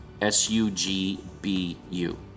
S-U-G-B-U